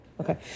Okay